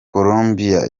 colombiya